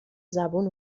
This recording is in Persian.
زبون